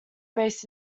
based